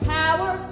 power